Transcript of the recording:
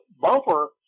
bumper